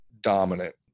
dominant